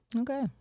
Okay